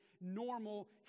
normal